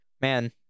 Man